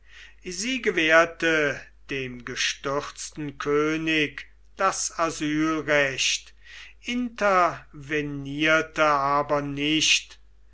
sie gewährte dem gestürzten könig das asylrecht intervenierte aber nicht